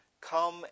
come